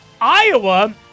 Iowa